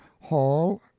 hall